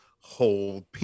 whole